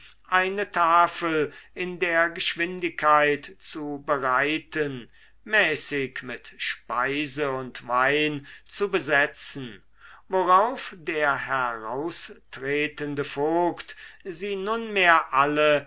eine tafel in der geschwindigkeit zu bereiten mäßig mit speise und wein zu besetzen worauf der heraustretende vogt sie nunmehr alle